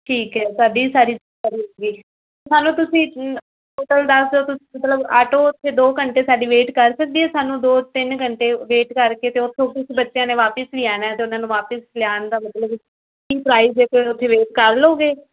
ਠੀਕ ਹੈ ਸਾਡੀ ਸਾਰੀ ਮੰਨ ਲਿਓ ਤੁਸੀਂ ਆਟੋ ਉੱਥੇ ਦੋ ਘੰਟੇ ਸਾਡੀ ਵੇਟ ਕਰ ਸਕਦੀ ਹੈ ਸਾਨੂੰ ਦੋ ਤਿੰਨ ਘੰਟੇ ਵੇਟ ਕਰਕੇ ਅਤੇ ਉੱਥੋਂ ਕੁਛ ਬੱਚਿਆਂ ਨੇ ਵਾਪਸ ਵੀ ਆਣਾ ਅਤੇ ਉਹਨਾਂ ਨੂੰ ਵਾਪਿਸ ਲਿਆਉਣ ਦਾ ਮਤਲਬ ਕੀ ਪ੍ਰਾਇਸ ਹੈ ਅਤੇ ਉੱਥੇ ਵੇਟ ਕਰ ਲਵੋਗੇ